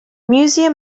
museum